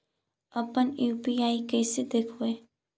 अपन यु.पी.आई कैसे देखबै?